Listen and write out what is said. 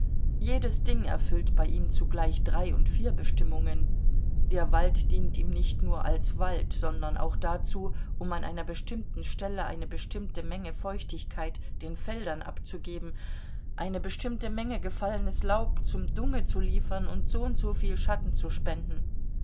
jedes ding erfüllt bei ihm zugleich drei und vier bestimmungen der wald dient ihm nicht nur als wald sondern auch dazu um an einer bestimmten stelle eine bestimmte menge feuchtigkeit den feldern abzugeben eine bestimmte menge gefallenes laub zum dunge zu liefern und soundsoviel schatten zu spenden